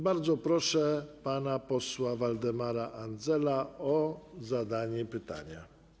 Bardzo proszę pana posła Waldemara Andzela o zadanie pytania.